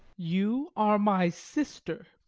you are my sister